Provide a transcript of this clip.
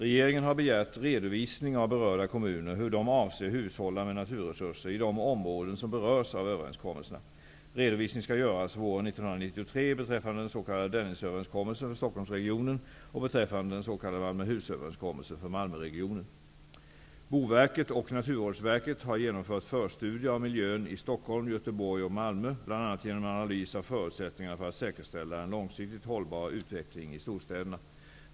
Regeringen har begärt redovisning av berörda kommuner hur de avser hushålla med naturresurser i de områden som berörs av överenskommelserna. Redovisning skall göras våren 1993 beträffande den s.k. Dennisöverenskommelsen för Boverket och Naturvårdsverket har genomfört förstudier av miljön i Stockholm, Göteborg och Malmö bl.a. genom analys av förutsättningarna för att säkerställa en långsiktigt hållbar utveckling i storstäderna.